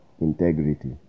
integrity